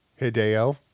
hideo